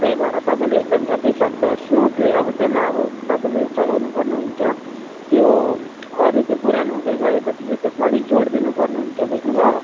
त्यही भएर तपाईँले एकदम जतिसक्दो समुद्ली अब त्यसलाई अब चलाउनुपर्ने हुन्छ त्यो अरू त्यो पुरानो हुँदै गएपछि त्यसमा अलिक जोड दिनुपर्ने हुन्छ बुझ्नुभयो